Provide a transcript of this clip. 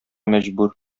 мәҗбүр